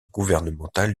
gouvernemental